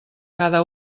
cada